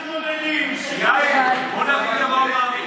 תודה רבה לך.